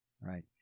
right